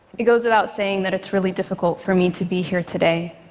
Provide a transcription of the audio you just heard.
it goes without saying that it's really difficult for me to be here today,